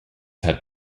had